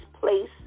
place